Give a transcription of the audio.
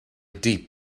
deep